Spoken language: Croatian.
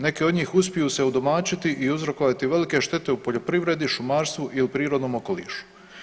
Neke od njih uspiju se udomaćiti i uzrokovati velike štete u poljoprivredi, šumarstvu i u prirodnom okolišu.